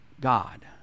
God